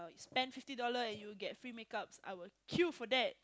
spend fifty dollar and you get free make-ups I will kill for that